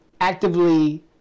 actively